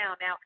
Now